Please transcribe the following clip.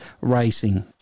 racing